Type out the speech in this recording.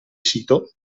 sito